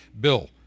bill